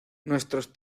nuestros